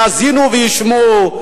יאזינו וישמעו.